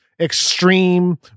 extreme